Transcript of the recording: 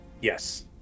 Yes